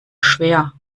schwer